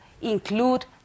include